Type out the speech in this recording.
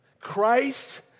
Christ